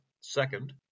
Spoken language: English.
Second